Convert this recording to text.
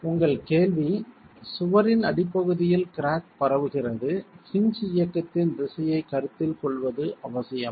உங்கள் கேள்வி சுவரின் அடிப்பகுதியில் கிராக் பரவுகிறது ஹின்ஜ் இயக்கத்தின் திசையை கருத்தில் கொள்வது அவசியமா